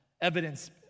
evidence